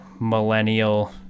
millennial